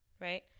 right